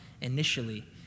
initially